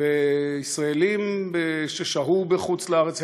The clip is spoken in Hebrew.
וישראלים ששהו בחוץ-לארץ,